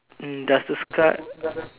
mm does the sky